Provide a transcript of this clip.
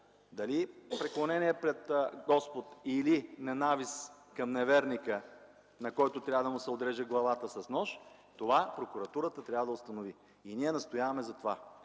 дали преклонение пред Господ или ненавист към неверника, на който трябва да му се отреже главата с нож? Това прокуратурата трябва да установи! Ние настояваме за това!